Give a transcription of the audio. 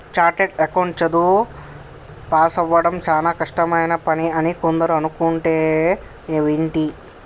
chartered account చదువు పాసవ్వడం చానా కష్టమైన పని అని కొందరు అనుకుంటంటే వింటి